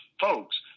folks